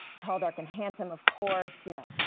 tall dark and handsome of course, you know,